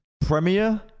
Premier